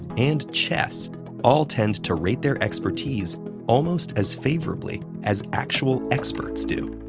and chess all tend to rate their expertise almost as favorably as actual experts do.